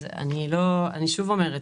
אני שוב אומרת: